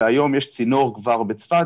והיום יש צינור כבר בצפת,